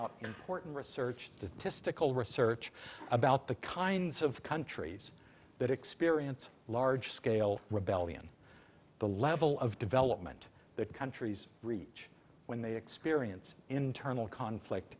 out important research to mystical research about the kinds of countries that experience large scale rebellion the level of development that countries reach when they experience internal conflict